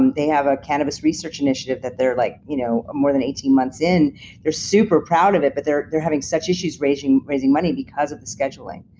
and they have a cannabis research initiative that they're like you know more than eighteen months in they're super proud of it, but they're they're having such issues raising raising money because of the scheduling.